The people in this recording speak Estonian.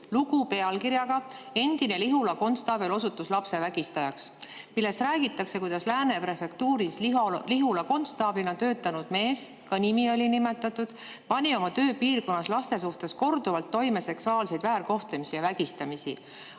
lugu pealkirjaga "Endine Lihula konstaabel osutus lapsevägistajaks", milles räägitakse, kuidas Lääne prefektuuris Lihula konstaablina töötanud mees – ka nimi oli nimetatud – pani oma tööpiirkonnas laste suhtes korduvalt toime seksuaalseid väärkohtlemisi ja vägistamisi.